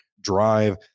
drive